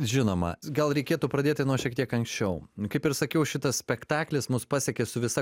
žinoma gal reikėtų pradėti nuo šiek tiek anksčiau kaip ir sakiau šitas spektaklis mus pasiekė su visa